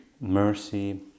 mercy